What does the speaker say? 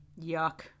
Yuck